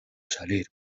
salir